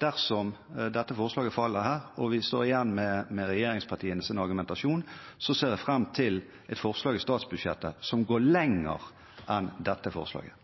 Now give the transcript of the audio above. Dersom dette forslaget faller og vi står igjen med regjeringspartienes argumentasjon, ser jeg fram til et forslag i statsbudsjettet som går lenger enn dette forslaget.